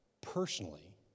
personally